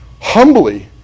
humbly